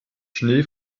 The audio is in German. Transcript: schnee